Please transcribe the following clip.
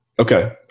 Okay